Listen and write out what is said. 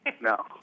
No